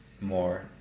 more